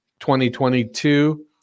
2022